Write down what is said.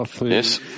Yes